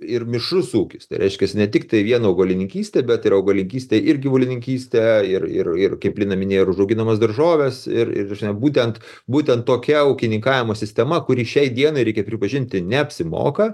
ir mišrus ūkis tai reiškias ne tiktai vien augalininkystė bet ir augalininkystė ir gyvulininkystė ir ir ir kaip lina minėjo ir užauginamos daržovės ir ir būtent būtent tokia ūkininkavimo sistema kuri šiai dienai reikia pripažinti neapsimoka